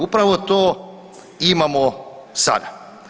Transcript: Upravo to imamo sada.